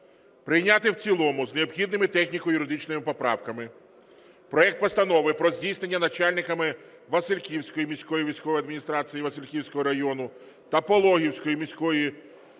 прийняти в цілому з необхідними техніко-юридичними поправками проект Постанови про здійснення начальниками Василівської міської військової адміністрації Василівського району та Пологівської міської військової